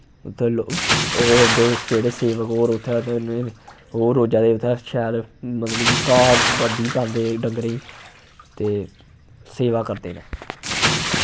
उत्थे लो ओह् औंदे जेह्ड़े सेवक होर उत्थै ओह् रोजा दे उत्थै शैल मतलब कि घाह् बड्डी पांदे डंगरें गी ते सेवा करदे न